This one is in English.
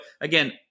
again